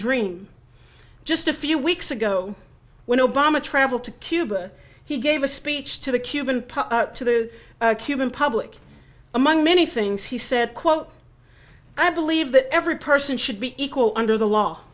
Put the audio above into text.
dream just a few weeks ago when obama traveled to cuba he gave a speech to the cuban to the cuban public among many things he said quote i believe that every person should be equal under the law